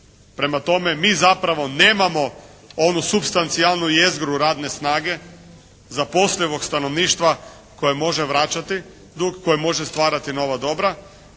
Prema tome, mi zapravo nemamo onu supstancijalnu jezgru radne snage zaposlivog stanovništva koje može vraćati dug, koje može stvarati nova dobra,